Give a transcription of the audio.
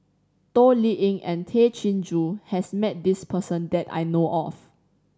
Toh Liying and Tay Chin Joo has met this person that I know of